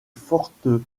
fortes